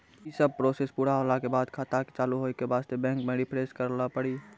यी सब प्रोसेस पुरा होला के बाद खाता के चालू हो के वास्ते बैंक मे रिफ्रेश करैला पड़ी?